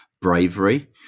bravery